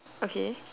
okay